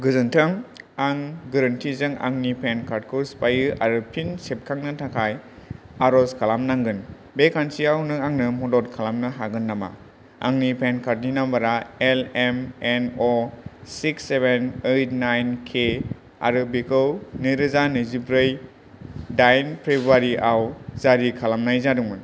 गोजोनथों आं गोरोन्थिजों आंनि पेन कार्डखौ सिफायो आरो फिन सेबखांनो थाखाय आर'ज खालामनांगोन बे खान्थियाव नों आंनो मदद खालामनो हागोन नामा आंनि पेन कार्डनि नाम्बारा L M N A six seven eight nine K आरो बेखौ नैरोजा नैजिब्रै दाइन फेब्रुवारियाव जारि खालामनाय जादोंमोन